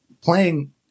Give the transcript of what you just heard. playing